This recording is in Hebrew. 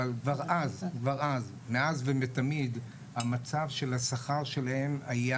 אבל כבר אז, מאז ומתמיד המצב של השכר שהם היו